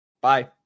Bye